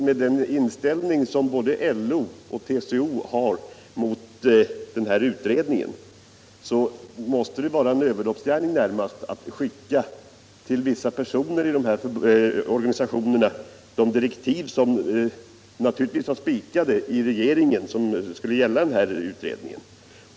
Med den inställning som både LO och TCO har till den här utredningen måste det vara en överloppsgärning att till vissa personer i dessa organisationer Nr 25 skicka de direktiv som var spikade i regeringen och som skulle gälla för den här utredningen.